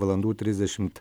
valandų trisdešimt